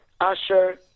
Usher